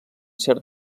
cert